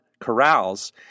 corrals